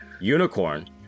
Unicorn